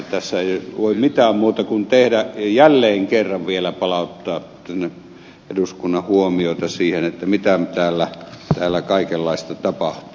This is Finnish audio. tässä ei voi mitään muuta tehdä kuin jälleen kerran vielä palauttaa eduskunnan huomiota siihen mitä kaikenlaista täällä tapahtuu